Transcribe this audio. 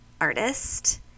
artist